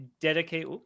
dedicate